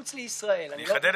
אבל אני התעקשתי